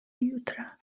jutra